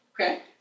okay